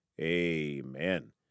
amen